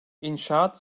i̇nşaat